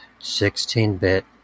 16-bit